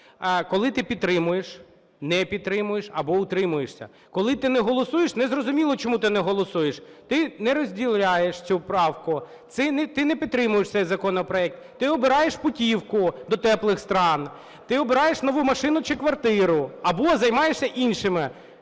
Коли ти підтримуєш, не підтримуєш або утримуєшся. Коли ти не голосуєш, не зрозуміло, чому ти не голосуєш: ти не розділяєш цю правку, ти не підтримуєш цей законопроект, ти обираєш путівку до теплих стран, ти обираєш нову машину чи квартиру або займаєшся іншими,